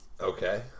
Okay